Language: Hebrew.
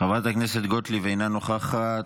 חברת הכנסת גוטליב, אינה נוכחת.